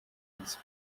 its